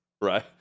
Right